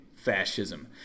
Fascism